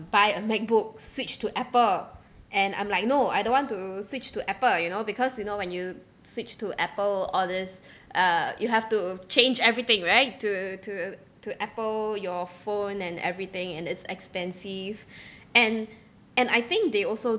buy a MacBook switch to Apple and I'm like no I don't want to switch to Apple you know because you know when you switch to Apple all these uh you have to change everything right to to to Apple your phone and everything and it's expensive and and I think they also